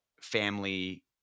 family